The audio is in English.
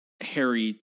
Harry